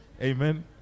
Amen